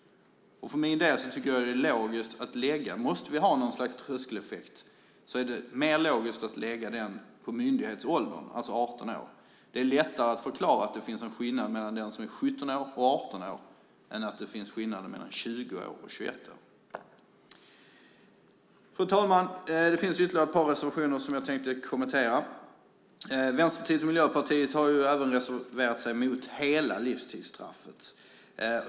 Jag för min del tycker att om vi måste ha något slags tröskeleffekt är det mer logiskt att lägga den på myndighetsåldern, alltså 18 år. Det är lättare att förklara att det finns en skillnad mellan den som är 17 år och den som är 18 år än att det finns en skillnad mellan den som är 20 år och den som är 21 år. Fru talman! Det finns ytterligare ett par reservationer som jag tänkte kommentera. Vänsterpartiet och Miljöpartiet har även reserverat sig mot hela livstidsstraffet.